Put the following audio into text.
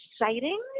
exciting